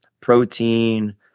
protein